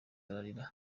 ararira